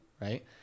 right